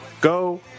go